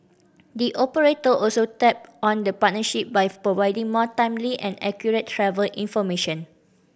the operator also tap on the partnership by providing more timely and accurate travel information